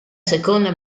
seconda